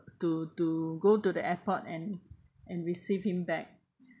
to to go to the airport and and receive him back